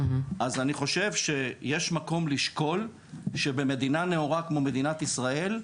אז אני חושב שיש מקום לשקול שבמדינה נאורה כמו מדינת ישראל,